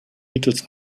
mittels